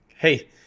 Hey